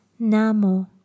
Namo